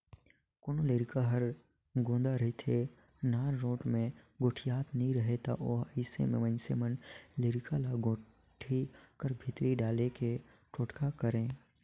कोनो लरिका हर कोदा रहथे, नानरोट मे गोठियात नी रहें उ ता अइसे मे मइनसे मन लरिका ल कोठी कर भीतरी डाले के टोटका करय